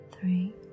three